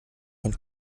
von